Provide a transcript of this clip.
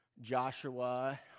Joshua